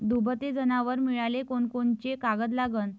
दुभते जनावरं मिळाले कोनकोनचे कागद लागन?